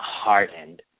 hardened